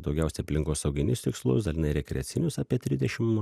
daugiausia aplinkosauginius tikslus dalinai rekreacinius apie tridešim